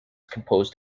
composed